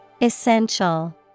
Essential